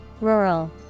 Rural